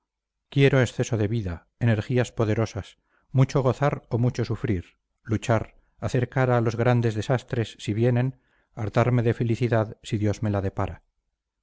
quiero exceso de vida energías poderosas mucho gozar o mucho sufrir luchar hacer cara a los grandes desastres si vienen hartarme de felicidad si dios me la depara